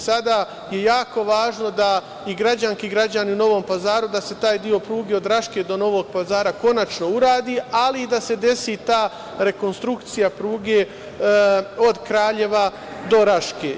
Sada je jako važno da i građanke i građani u Novom Pazaru, da se taj deo pruge od Raške do Novog Pazara konačno uradi, ali i da se desi ta rekonstrukcija pruge od Kraljeva do Raške.